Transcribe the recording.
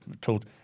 told